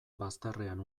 bazterrean